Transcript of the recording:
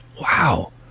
Wow